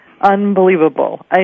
Unbelievable